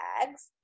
bags